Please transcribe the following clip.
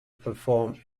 perform